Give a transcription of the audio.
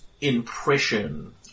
impression